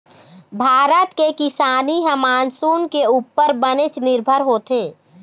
भारत के किसानी ह मानसून के उप्पर बनेच निरभर होथे